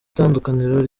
tandukaniro